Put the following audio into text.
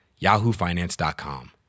yahoofinance.com